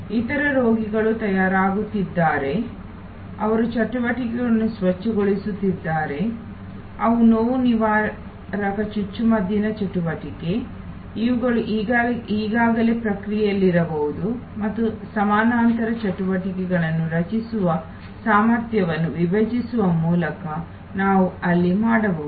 ಇತರ ರೋಗಿಗಳು ತಯಾರಾಗುತ್ತಿದ್ದಾರೆ ಅವರು ಚಟುವಟಿಕೆಗಳನ್ನು ಸ್ವಚ್ಛಗೊಳಿಸುತ್ತಿದ್ದಾರೆ ಅವು ನೋವು ನಿವಾರಕ ಚುಚ್ಚುಮದ್ದಿನ ಚಟುವಟಿಕೆ ಇವುಗಳು ಈಗಾಗಲೇ ಪ್ರಕ್ರಿಯೆಯಲ್ಲಿರಬಹುದು ಮತ್ತು ಸಮಾನಾಂತರ ಚಟುವಟಿಕೆಗಳನ್ನು ರಚಿಸುವ ಸಾಮರ್ಥ್ಯವನ್ನು ವಿಭಜಿಸುವ ಮೂಲಕ ನಾವು ಅಲ್ಲಿ ಮಾಡಬಹುದು